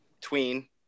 tween